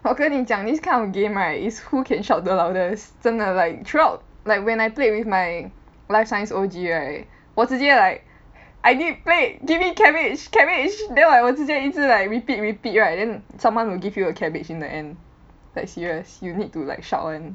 我跟你讲 this kind of game right is who can shout the loudest 真的 like throughout like when I played with my life science O_G right 我直接 like I need plate give me cabbage cabbage then like 我之前一直 like repeat repeat right then someone will give you a cabbage in the end like serious you need to like shout one